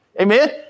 Amen